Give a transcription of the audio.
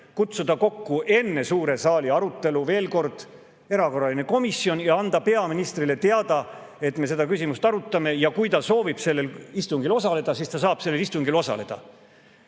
kutsuda enne suure saali arutelu kokku komisjoni erakorraline [istung] ja anda peaministrile teada, et me seda küsimust arutame, ja kui ta soovib istungil osaleda, siis ta saab sellel istungil osaleda.